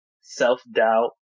self-doubt